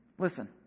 Listen